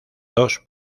dos